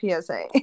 PSA